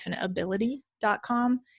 ability.com